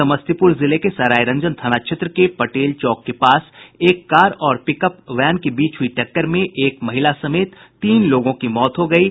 समस्तीपुर जिले के सरायरंजन थाना क्षेत्र के पटेल चौक के पास एक कार और पिकअप वैन के बीच हुई टक्कर में एक महिला समेत तीन लोगों की मौत हो गयी